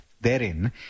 therein